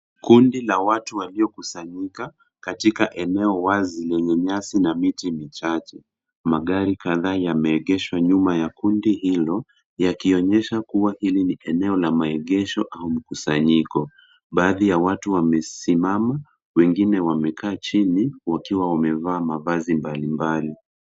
Kundi la watu waliokusanyika katika eneo wazi yenye nyasi na miti michache. Magari kadhaa yameegeshwa nyuma ya kundi hilo yakionyesha kuwa hili ni eneo la maegesho au mkusanyiko. Baadhi ya watu wamesimama, wengine wamekaa chini, wakiwa wamevaa mavazi mbalimbali.